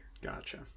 Gotcha